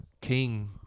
king